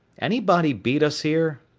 anybody beat us here?